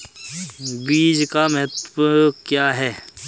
बीज का महत्व क्या है?